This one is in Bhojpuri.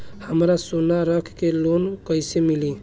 हमरा सोना रख के लोन कईसे मिली?